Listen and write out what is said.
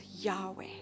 Yahweh